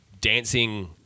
Dancing